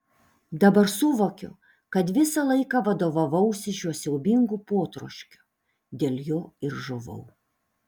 dabar suvokiu kad visą laiką vadovavausi šiuo siaubingu potroškiu dėl jo ir žuvau